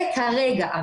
זה כרגע.